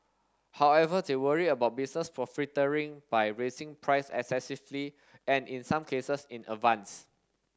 however they worry about business profiteering by raising price excessively and in some cases in advance